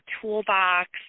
toolbox